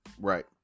Right